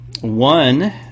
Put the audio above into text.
one